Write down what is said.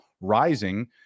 rising